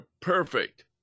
perfect